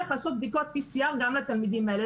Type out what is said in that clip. ולעשות בדיקות PCR גם לתלמידים האלה.